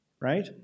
right